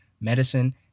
medicine